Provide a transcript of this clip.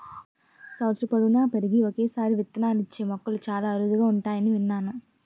సంవత్సరం పొడువునా పెరిగి ఒక్కసారే విత్తనాలిచ్చే మొక్కలు చాలా అరుదుగా ఉంటాయని విన్నాను